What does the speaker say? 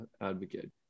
advocate